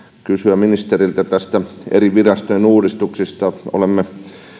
kysyä ministeriltä näistä eri virastojen uudistuksista olemme